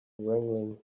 wrangling